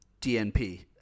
DNP